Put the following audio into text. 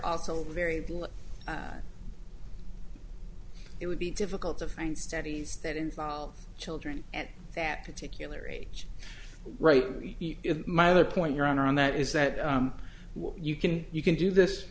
also very it would be difficult to find studies that involve children at that particular age right if my other point your honor on that is that you can you can do this